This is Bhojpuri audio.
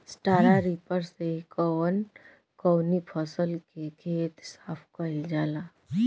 स्टरा रिपर से कवन कवनी फसल के खेत साफ कयील जाला?